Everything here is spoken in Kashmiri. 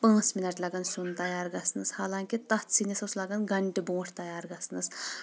پانٛژھ منٹ لگان سِیُن تیار گژھنس حالانکہِ تتھ سِنِس اوس لگان گنٛٹہٕ برٛونٛٹھ تیار گژھنس